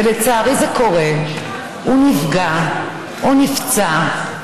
ולצערי זה קורה, הוא נפגע או נפצע,